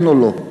כן או לא.